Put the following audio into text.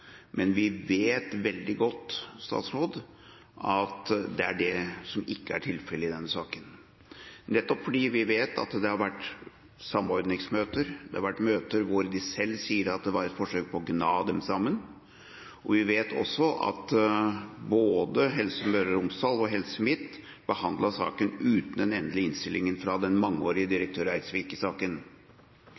men vi vet veldig godt at det ikke er det som er tilfellet i denne saken – nettopp fordi vi vet at det har vært samordningsmøter, at det har vært møter hvor de selv sier at det var et forsøk på å kna dem sammen. Vi vet også at både Helse Møre og Romsdal og Helse Midt-Norge behandlet saken uten den endelige innstillinga fra den mangeårige direktør